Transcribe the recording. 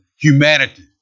humanity